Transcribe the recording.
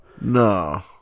No